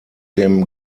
dem